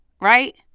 Right